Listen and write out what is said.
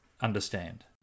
understand